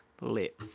lit